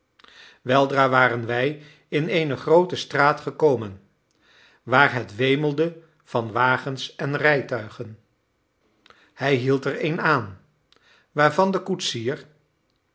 weldra waren wij in eene groote straat gekomen waar het wemelde van wagens en rijtuigen hij hield er een aan waarvan de koetsier